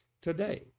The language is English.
today